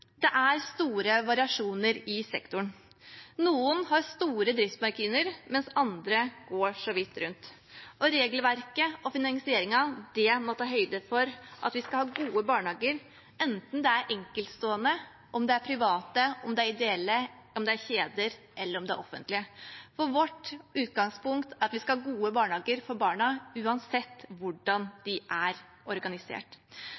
Det er store variasjoner i sektoren. Noen har store driftsmarginer, mens andre går så vidt rundt. Regelverket og finansieringen må ta høyde for at vi skal ha gode barnehager, enten det er enkeltstående, private, ideelle, kjeder eller offentlige. Vårt utgangspunkt er at vi skal ha gode barnehager for barna uansett